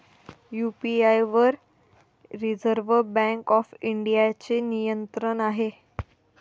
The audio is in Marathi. यू.पी.आय वर रिझर्व्ह बँक ऑफ इंडियाचे नियंत्रण आहे